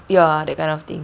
ya that kind of thing